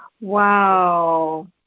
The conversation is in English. Wow